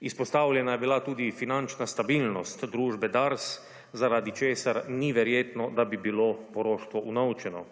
Izpostavljena je bila tudi finančna stabilnost družbe DARS, zaradi česar ni verjetno, da bi bilo poroštvo unovčeno.